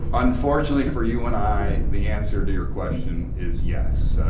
unfortunately, for you and i, the answer to your question is yes.